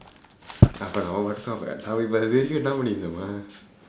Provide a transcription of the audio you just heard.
half an hour அப்ப இதுவரைக்கும் என்னா பண்ணிக்கிட்டு இருந்தோமா:appa ithuvaraikkum ennaa pannikkitdu irundthoomaa